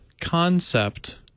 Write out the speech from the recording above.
concept